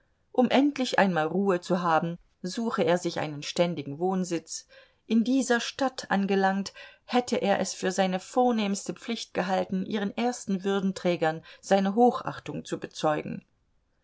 um endlich einmal ruhe zu haben suche er sich einen ständigen wohnsitz in dieser stadt angelangt hätte er es für seine vornehmste pflicht gehalten ihren ersten würdenträgern seine hochachtung zu bezeugen